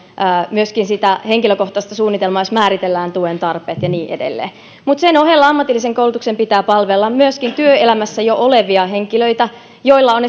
myöskin sitä henkilökohtaista suunnitelmaa jossa määritellään tuen tarpeet ja niin edelleen mutta sen ohella ammatillisen koulutuksen pitää myöskin palvella työelämässä jo olevia henkilöitä joilla on